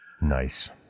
Nice